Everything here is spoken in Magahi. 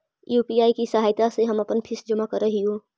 यू.पी.आई की सहायता से ही हम अपन फीस जमा करअ हियो